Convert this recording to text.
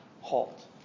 halt